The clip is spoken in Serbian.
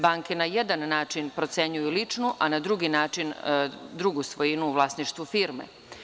Banke na jedan način procenjuju ličnu, a na drugi način drugu svojinu u vlasništvu firme.